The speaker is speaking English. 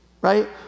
Right